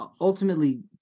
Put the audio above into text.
ultimately